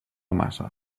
massa